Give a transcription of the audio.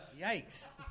Yikes